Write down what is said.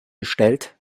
gestellt